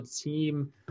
team